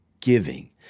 giving